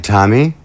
Tommy